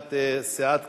נציגת סיעת קדימה,